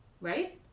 right